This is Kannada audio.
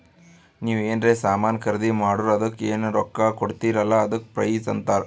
ನೀವ್ ಎನ್ರೆ ಸಾಮಾನ್ ಖರ್ದಿ ಮಾಡುರ್ ಅದುಕ್ಕ ಎನ್ ರೊಕ್ಕಾ ಕೊಡ್ತೀರಿ ಅಲ್ಲಾ ಅದಕ್ಕ ಪ್ರೈಸ್ ಅಂತಾರ್